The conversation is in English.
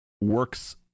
works